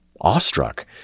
awestruck